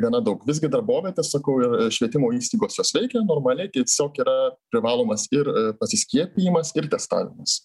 gana daug visgi darbovietės sakau ir švietimo įstaigos jos veikia normaliai tiesiog yra privalomas ir pasiskiepijimas ir testavimas